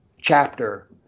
chapter